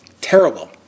terrible